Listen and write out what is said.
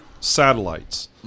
satellites